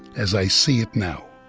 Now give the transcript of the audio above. as i see it now